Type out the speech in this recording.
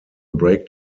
break